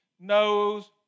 knows